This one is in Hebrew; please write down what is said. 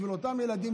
בשביל אותם ילדים,